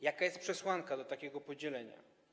Jaka jest przesłanka dla takiego podzielenia?